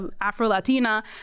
Afro-Latina